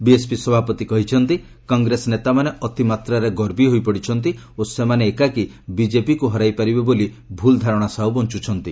BSP ସଭାପତି କହିଛନ୍ତି କଂଗ୍ରେସ ନେତାମାନେ ଅତି ମାତ୍ରାରେ ଗର୍ବି ହୋଇପଡ଼ିଛନ୍ତି ଓ ସେମାନେ ଏକାକୀ ବିଜେପିକୁ ହରାଇ ପାରିବେ ବୋଲି ଭୁଲ୍ ଧାରଣା ସହ ବଞ୍ଚୁଛନ୍ତି